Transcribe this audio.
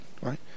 right